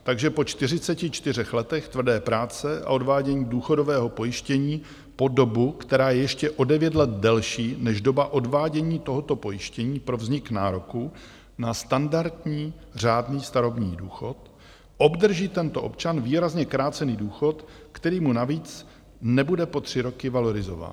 Takže po 44 letech tvrdé práce a odvádění důchodového pojištění po dobu, která je ještě o 9 let delší než doba odvádění tohoto pojištění pro vznik nároku na standardní řádný starobní důchod, obdrží tento občan výrazně krácený důchod, který mu navíc nebude po tři roky valorizován.